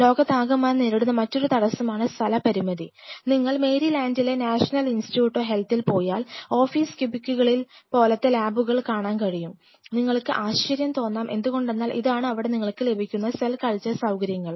ലോകത്താകമാനം നേരിടുന്ന മറ്റൊരു തടസ്സമാണ് സ്ഥലപരിമിതി നിങ്ങൾ മേരിലാൻഡിലെ നാഷണൽ ഇൻസ്റ്റിറ്റ്യൂട്ട് ഓഫ് ഹെൽത്തിൽ പോയാൽ ഓഫീസ് ക്യൂബിക്കിളുകൾ പോലത്തെ ലാബുകൾ കാണാൻ കഴിയും നിങ്ങൾക്ക് ആശ്ചര്യം തോന്നാം എന്തുകൊണ്ടെന്നാൽ ഇതാണ് അവിടെ നിങ്ങൾക്ക് ലഭിക്കുന്ന സെൽ കൾച്ചർ സൌകര്യങ്ങൾ